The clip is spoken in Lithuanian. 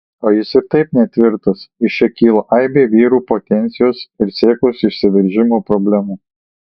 o jis ir taip netvirtas iš čia kyla aibė vyrų potencijos ir sėklos išsiveržimo problemų